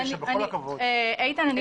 בפעם הקודמת לא סיימנו